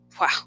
Wow